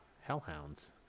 hellhounds